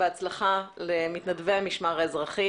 בהצלחה למתנדבי המשמר האזרחי,